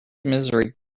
misery